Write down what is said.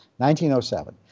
1907